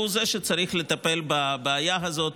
והוא זה שצריך לטפל בבעיה הזאת,